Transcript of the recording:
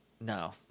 No